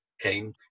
came